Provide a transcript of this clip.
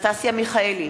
אנסטסיה מיכאלי,